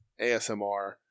ASMR